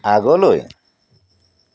আগলৈ